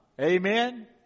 Amen